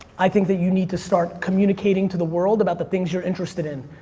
i think that you need to start communicating to the world about the things you're interested in.